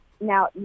now